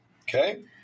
Okay